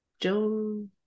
joe